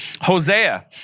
Hosea